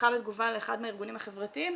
נשלחה בתגובה לאחד הארגונים החברתיים,